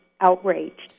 outraged